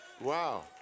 Wow